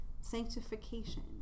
Sanctification